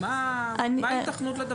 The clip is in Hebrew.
מה ההיתכנות לדבר הזה?